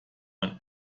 man